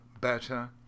better